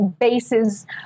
bases